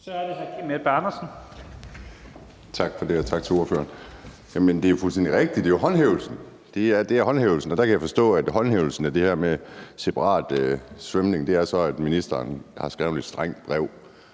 Kl. 10:34 Kim Edberg Andersen (DD): Tak for det, og tak til ordføreren. Det er jo fuldstændig rigtigt. Det er jo håndhævelsen – det er håndhævelsen. Der kan jeg forstå, at håndhævelsen af det her med separat svømning så er, at ministeren har skrevet et strengt brev.